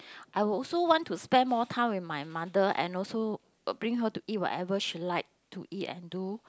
I would also want to spend more time with my mother and also uh bring her to eat whatever she like to eat and do